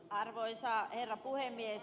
arvoisa herra puhemies